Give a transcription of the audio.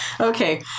Okay